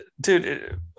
Dude